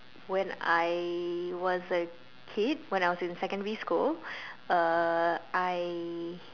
when I was a kid when I was in secondary school uh I